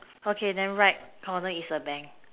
okay then right corner is a bank